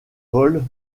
vol